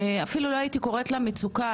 אפילו לא הייתי קוראת לה מצוקה,